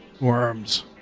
Worms